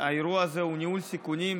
האירוע הזה הוא ניהול סיכונים.